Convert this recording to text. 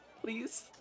Please